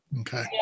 okay